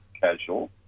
casual